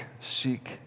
seek